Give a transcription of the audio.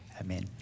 Amen